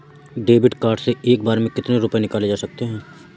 David card से एक बार में कितनी रूपए निकाले जा सकता है?